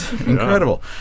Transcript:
Incredible